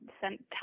sent